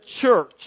church